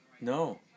No